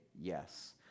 yes